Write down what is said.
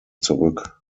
zurück